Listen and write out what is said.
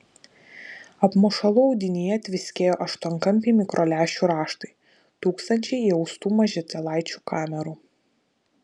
apmušalų audinyje tviskėjo aštuonkampiai mikrolęšių raštai tūkstančiai įaustų mažytėlaičių kamerų